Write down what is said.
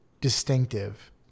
distinctive